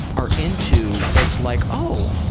are into, it's like, oh,